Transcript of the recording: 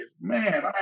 Man